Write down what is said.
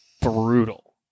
brutal